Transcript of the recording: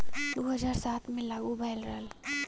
दू हज़ार सात मे लागू भएल रहल